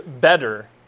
better